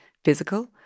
Physical